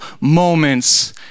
moments